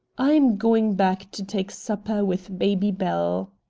i'm going back to take supper with baby belle!